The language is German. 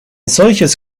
solches